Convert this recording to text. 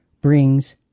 Brings